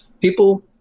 People